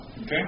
okay